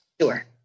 Sure